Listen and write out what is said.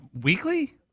weekly